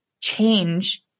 change